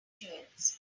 jewels